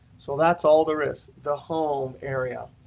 so that's all there is. the home area,